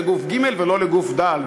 לגוף ג' ולא לגוף ד'?